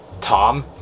Tom